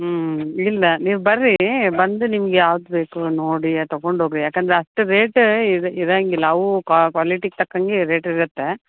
ಹ್ಞೂ ಇಲ್ಲ ನೀವು ಬರ್ರಿ ಬಂದು ನಿಮ್ಗೆ ಯಾವ್ದು ಬೇಕು ನೋಡಿ ತಗೊಂಡ್ ಹೋಗಿರಿ ಯಾಕಂದ್ರೆ ಅಷ್ಟು ರೇಟ್ ಇರೊಂಗಿಲ್ಲ ಅವು ಕ್ವಾಲಿಟಿಗೆ ತಕ್ಕಾಗೆ ರೇಟ್ ಇರುತ್ತೆ